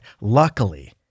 luckily